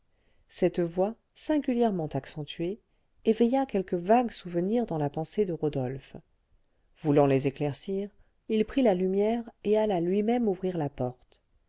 cette voix singulièrement accentuée éveilla quelques vagues souvenirs dans la pensée de rodolphe voulant les éclaircir il prit la lumière et alla lui-même ouvrir la porte